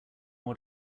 what